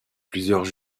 plusieurs